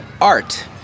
art